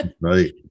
right